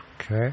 Okay